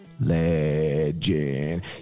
Legend